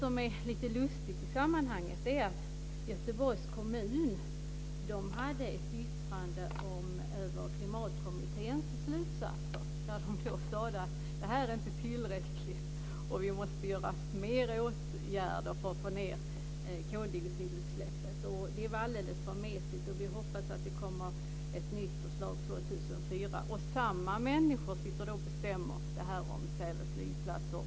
Lite lustigt i sammanhanget är att Göteborgs kommun hade ett yttrande över Klimatkommitténs slutsatser där det sägs att det inte är tillräckligt och att det behövs mer åtgärder för att få ned koldioxidutsläppet. Det är alldeles för mesigt, sägs det, och man hoppas på ett nytt förslag år 2004. Men samma människor sitter sedan och bestämmer detta med Säve flygplats.